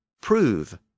prove